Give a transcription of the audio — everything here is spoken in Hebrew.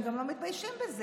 הם גם לא מתביישים בזה.